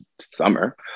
summer